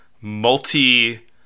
multi